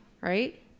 Right